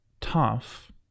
tough